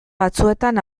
batzuetan